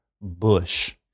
bush